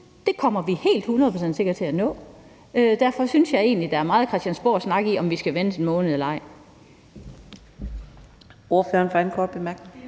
Det kommer vi helt hundrede procent sikkert til at nå. Derfor synes jeg egentlig, der er meget Christiansborgsnak i diskussionen om, om vi skal vente en måned eller ej.